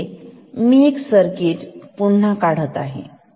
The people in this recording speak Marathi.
इथे मी एक सर्किट पुन्हा एकदा काढतो